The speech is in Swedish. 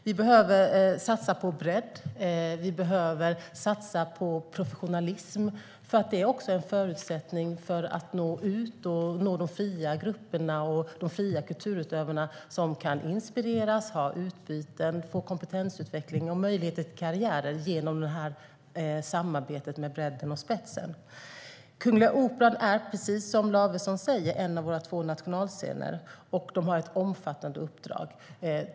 Vi behöver satsa på bredd och på professionalism, för det är också en förutsättning för att nå ut till fria grupperna och kulturutövarna som kan inspireras, ha utbyten, få kompetensutveckling och möjlighet till karriärer genom det här samarbetet med både bredd och spets. Kungliga Operan är precis som Lavesson säger en av våra två nationalscener, och de har ett omfattande uppdrag.